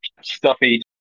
stuffy